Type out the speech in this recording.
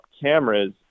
cameras